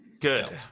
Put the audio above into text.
good